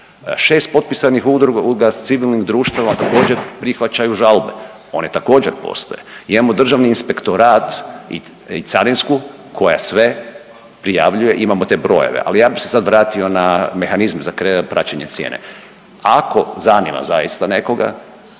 Šest potpisanih udruga civilnih društava također prihvaćaju žalbe. One također postoje. Imamo Državni inspektorat i Carinsku koja sve prijavljuje, imamo te brojeve. Ali ja bih se sad vratio na mehanizme za praćenje cijene. Ako zanima zaista nekoga